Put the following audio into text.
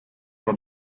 for